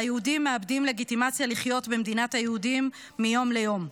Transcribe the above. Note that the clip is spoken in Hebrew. והיהודים מאבדים לגיטימציה לחיות במדינת היהודים מיום ליום.